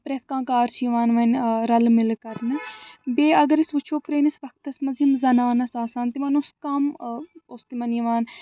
پرٛٮ۪تھ کانٛہہ کار چھِ یِوان وۄنۍ رلہٕ مِلہٕ کرنہٕ بیٚیہِ اگر أسۍ وٕچھو پرٛٲنِس وقتس منٛز یِم زنانہٕ آس آسان تِمن اوس کَم اوس تِمن یِوان